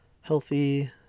healthy